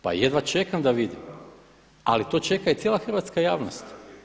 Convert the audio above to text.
Pa jedva čekam da to vidim, ali to čeka i cijela hrvatska javnost.